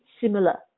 similar